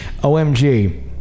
OMG